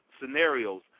scenarios